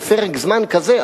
בפרק זמן כזה,